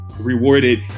rewarded